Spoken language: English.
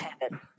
heaven